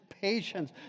patience